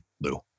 Lou